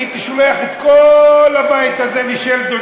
הייתי שולח את כל הבית הזה לשלדון,